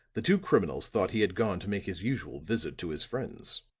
the two criminals thought he had gone to make his usual visit to his friends.